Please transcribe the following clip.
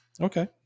Okay